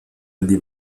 aldi